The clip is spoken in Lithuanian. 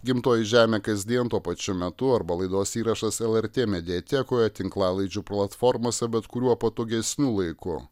gimtoji žemė kasdien tuo pačiu metu arba laidos įrašas lrt mediatekoj tinklalaidžių platformose bet kuriuo patogesniu laiku